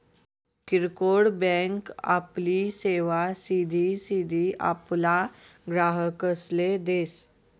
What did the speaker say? किरकोड बँक आपली सेवा सिधी सिधी आपला ग्राहकसले देस